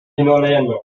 town